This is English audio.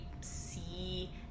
see